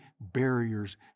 barriers